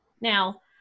Now